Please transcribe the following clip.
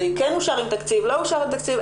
כן אושר עם תקציב או לא אושר עם תקציב,